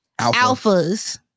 alphas